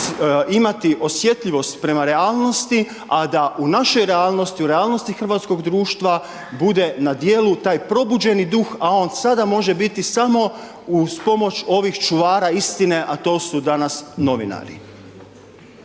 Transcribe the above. imati osjetljivost prema realnosti a da u našoj realnosti, u realnosti hrvatskog društva bude na djelu taj probuđeni duh a on sada može biti samo uz pomoć ovih čuvara istine a to su danas novinari.